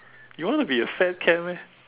you wanna be a fat cat meh